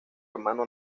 hermano